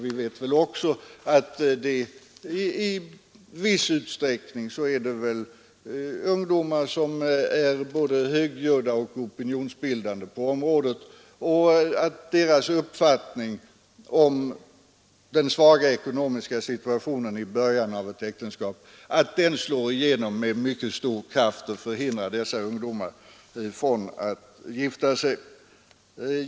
Vi vet också att det i viss utsträckning är ungdomar som är både talföra och opinionsbildande på området, och deras uppfattning om den svaga ekonomiska situationen i början av ett äktenskap slår därför igenom med mycket stor kraft och avhåller även andra ungdomar från att gifta sig.